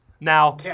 Now